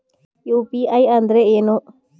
UPI ಅಂದ್ರೆ ಏನು?